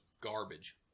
garbage